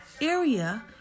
area